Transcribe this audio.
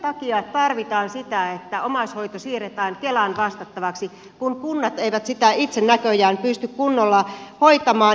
sen takia tarvitaan sitä että omaishoito siirretään kelan vastattavaksi kun kunnat eivät sitä itse näköjään pysty kunnolla hoitamaan